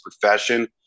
profession